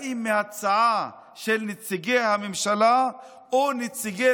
האם מההצעה של נציגי הממשלה או מנציגי